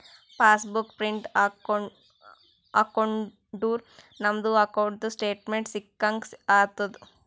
pass book print ಹಾಕೊಂಡುರ್ ನಮ್ದು ಅಕೌಂಟ್ದು ಸ್ಟೇಟ್ಮೆಂಟ್ ಸಿಕ್ಕಂಗ್ ಆತುದ್